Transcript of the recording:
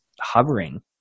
hovering